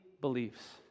beliefs